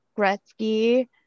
Gretzky